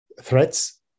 threats